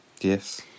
Yes